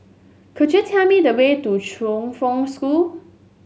could you tell me the way to Chongfen School